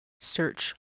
search